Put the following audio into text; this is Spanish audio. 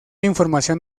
información